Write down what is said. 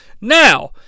Now